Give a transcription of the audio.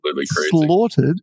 slaughtered